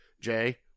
Jay